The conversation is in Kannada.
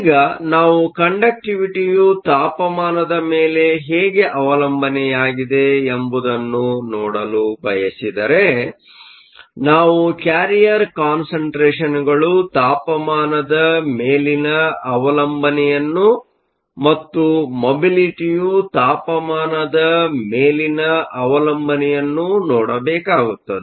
ಈಗ ನಾವು ಕಂಡಕ್ಟಿವಿಟಿಯು ತಾಪಮಾನದ ಮೇಲೆ ಹೇಗೆ ಅವಲಂಬನೆಯಾಗಿದೆ ಎಂಬುದನ್ನು ನೋಡಲು ಬಯಸಿದರೆ ನಾವು ಕ್ಯಾರಿಯರ್ ಕಾನ್ಸಂಟ್ರೇಷನ್ಗಳು ತಾಪಮಾನದ ಮೇಲಿನ ಅವಲಂಬನೆಯನ್ನು ಮತ್ತು ಮೊಬಿಲಿಟಿಯು ತಾಪಮಾನದ ಮೇಲಿನ ಅವಲಂಬನೆಯನ್ನು ನೋಡಬೇಕಾಗುತ್ತದೆ